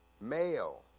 male